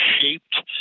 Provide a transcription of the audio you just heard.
shaped